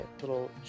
little